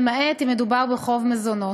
למעט אם מדובר בחוב מזונות.